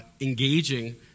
engaging